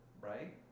right